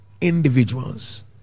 individuals